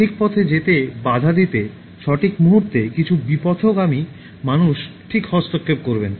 সঠিক পথে যেতে বাধা দিতে সঠিক মুহুর্তে কিছু বিপথগামী মানুষ ঠিক হস্তক্ষেপ করবেন